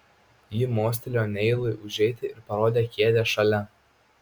ji mostelėjo neilui užeiti ir parodė kėdę šalia